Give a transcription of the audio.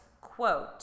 quote